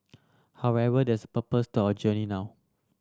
however there's a purpose to our journey now